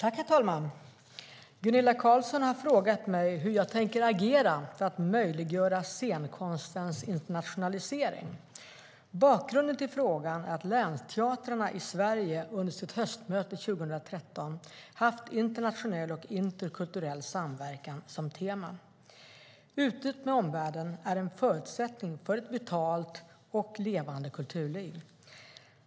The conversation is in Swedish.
Herr talman! Gunilla Carlsson har frågat mig hur jag tänker agera för att möjliggöra scenkonstens internationalisering. Bakgrunden till frågan är att Länsteatrarna i Sverige under sitt höstmöte 2013 haft internationell och interkulturell samverkan som tema. Utbytet med omvärlden är en förutsättning för ett vitalt och levande kulturliv.